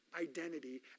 identity